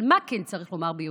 אבל מה כן צריך לומר ביושר?